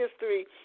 history